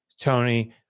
tony